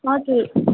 हजुर